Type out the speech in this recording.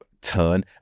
turn